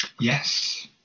yes